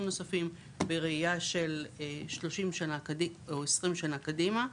נוספים בראייה של 30 שנה או 20 שנה קדימה.